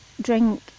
drink